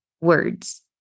words